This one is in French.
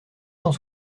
cent